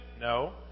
No